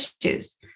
issues